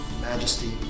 majesty